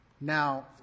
Now